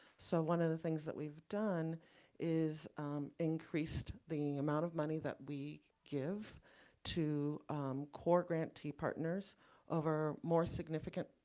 so one of the things that we've done is increased the amount of money that we give to core grantee partners over more significant